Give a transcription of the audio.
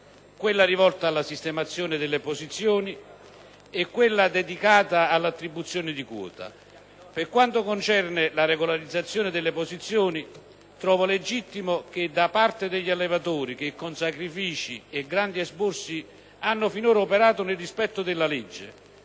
quella rivolta alla sistemazione delle posizioni e quella dedicata all'attribuzione di quota. Per quanto concerne la regolarizzazione delle posizioni, trovo legittimo che, da parte degli allevatori che con sacrifici e grandi esborsi hanno finora operato nel rispetto della legge,